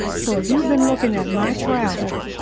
so if you've been looking at my travel,